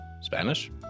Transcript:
Spanish